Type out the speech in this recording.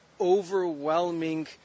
overwhelming